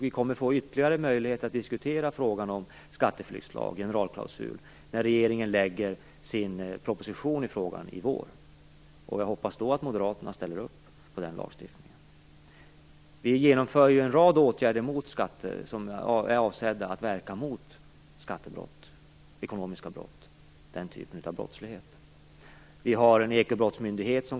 Vi kommer att få ytterligare tillfällen att diskutera skatteflyktslagen och generalklausulen när regeringen lägger fram sin proposition i vår. Jag hoppas att moderaterna då ställer sig bakom den lagstiftningen. Vi genomför en rad åtgärder som är avsedda att motverka skattebrott, ekonomiska brott och den typen av brottslighet. Det skall inrättas en ekobrottsmyndighet.